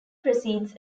precedes